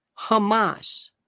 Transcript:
Hamas